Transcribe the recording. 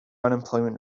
unemployment